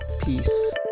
Peace